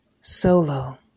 Solo